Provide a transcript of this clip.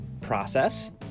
process